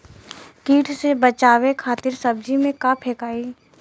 कीट से बचावे खातिन सब्जी में का फेकाई?